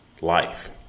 life